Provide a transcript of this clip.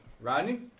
Rodney